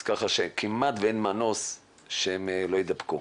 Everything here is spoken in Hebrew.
כך שכמעט ואין מנוס שהם יידבקו.